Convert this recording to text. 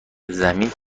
زمین